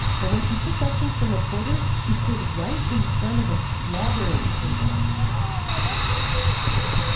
but when she took questions from reporters, she stood right in front of a slaughtering table oh. well, this was, this